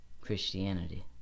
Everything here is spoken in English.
Christianity